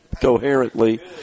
coherently